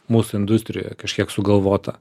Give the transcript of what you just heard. mūsų industrijoje kažkiek sugalvota